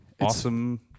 awesome